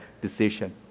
decision